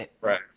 Right